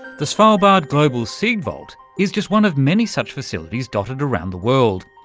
the svarlbard global seed vault is just one of many such facilities dotted around the world,